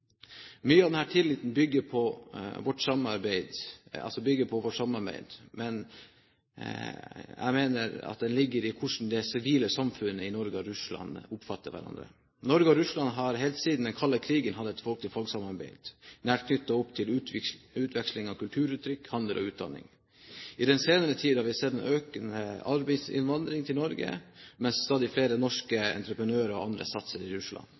Mye av den tilliten vi bygger vårt samarbeid på, mener jeg ligger i hvordan det sivile samfunn i Norge og Russland oppfatter hverandre. Norge og Russland har helt siden den kalde krigen hatt et folk-til-folk-samarbeid, nært knyttet opp til utveksling av kulturuttrykk, handel og utdanning. I den senere tid har vi sett en økende arbeidsinnvandring til Norge, mens stadig flere norske entreprenører og andre satser i Russland.